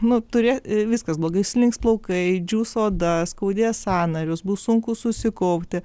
nu turi viskas blogai slinks plaukai džius oda skaudės sąnarius bus sunku susikaupti